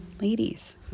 ladies